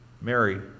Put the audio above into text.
Mary